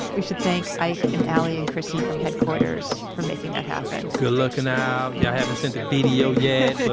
we should thank ike and ally and chrissy from headquarters for making that happen good lookin' out. y'all haven't sent a video yet but